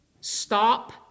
stop